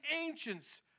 ancients